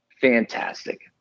Fantastic